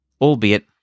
albeit